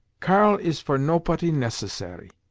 karl is for nopoty necessary,